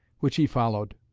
which he followed,